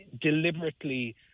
deliberately